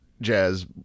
jazz